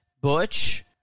Butch